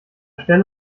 stelle